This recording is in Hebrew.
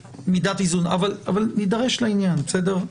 עוד נידרש לזה בהמשך.